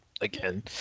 again